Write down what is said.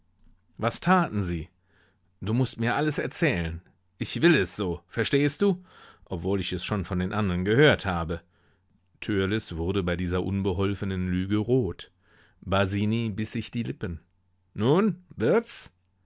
was taten sie du mußt mir alles erzählen ich will es so verstehst du obwohl ich es schon von den andern gehört habe törleß wurde bei dieser unbeholfenen lüge rot basini biß sich die lippen nun